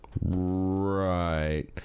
Right